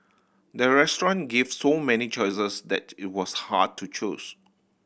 the restaurant gave so many choices that it was hard to choose